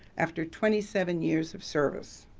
after twenty seven years of service.